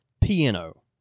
Piano